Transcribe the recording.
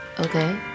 Okay